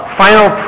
final